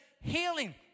healing